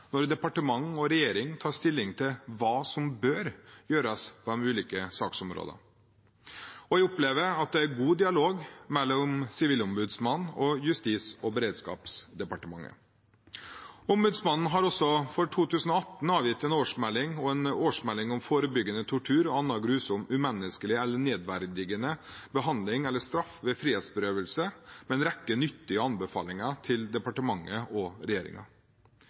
når departement og regjering tar stilling til hva som bør gjøres på de ulike saksområdene. Jeg opplever at det er god dialog mellom Sivilombudsmannen og Justis- og beredskapsdepartementet. Ombudsmannen har også for 2018 avgitt en årsmelding om forebygging av tortur og annen grusom, umenneskelig eller nedverdigende behandling eller straff ved frihetsberøvelse, med en rekke nyttige anbefalinger til departementet og